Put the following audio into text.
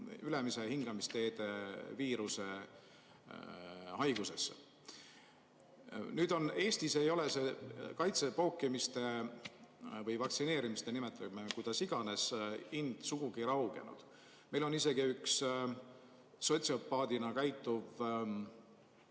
ülemiste hingamisteede viirushaigusesse. Eestis ei ole see kaitsepookimise – või vaktsineerimise, nimetame seda kuidas iganes – ind sugugi raugenud. Meil on isegi üks sotsiopaadina käituv